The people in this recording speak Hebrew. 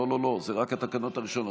לא, אלה רק ההצבעות הראשונות.